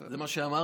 זה מה שאמרתי.